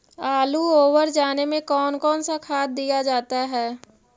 आलू ओवर जाने में कौन कौन सा खाद दिया जाता है?